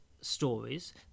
stories